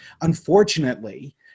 Unfortunately